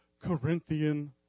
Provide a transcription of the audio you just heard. Corinthian